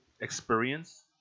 experience